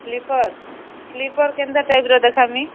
sleeper sleeper କେନ୍ତା ଟାଇପ୍ର ଦେଖାମି